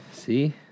See